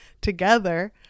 together